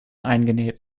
eingenäht